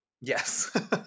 Yes